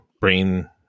brain